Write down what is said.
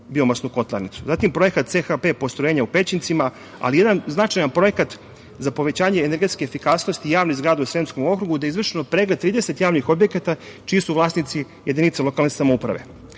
biomasnu kotlarnicu. Zatim, projekat CHP postrojenja u Pećincima, ali i jedan značajan projekat za povećanje energetske efikasnosti javnih zgrada u Sremskom okrugu, gde je izvršen pregled 30 javnih objekata čiji su vlasnici jedinice lokalne samouprave. Godine